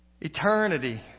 eternity